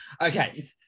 Okay